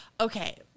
okay